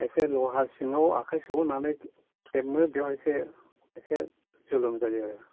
खायसे लहा सिङाव आखाय सोहरनानै खेबो बेवहायसो इसे जुलुम जायो आरो